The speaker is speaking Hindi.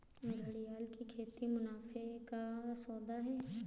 घड़ियाल की खेती मुनाफे का सौदा है